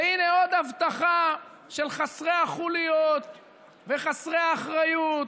והינה עוד הבטחה של חסרי החוליות וחסרי האחריות